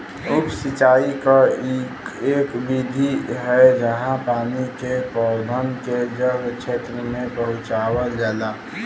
उप सिंचाई क इक विधि है जहाँ पानी के पौधन के जड़ क्षेत्र में पहुंचावल जाला